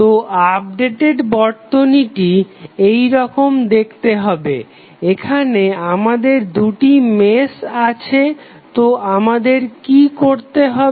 তো আপডেটেড বর্তনীটি এরকম দেখতে হবে এখানে আমাদের দুটি মেশ আছে তো আমাদের কি করতে হবে